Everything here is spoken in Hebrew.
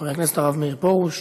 חבר הכנסת הרב מאיר פרוש.